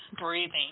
Breathing